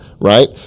right